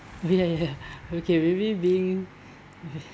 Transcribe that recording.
oh ya ya ya okay maybe being